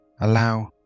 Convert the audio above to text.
allow